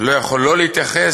לא יכול לא להתייחס.